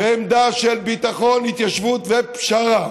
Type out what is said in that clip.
עמדה של ביטחון, התיישבות ופשרה.